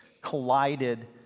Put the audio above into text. collided